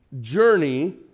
journey